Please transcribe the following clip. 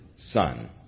Son